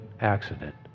accident